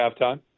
halftime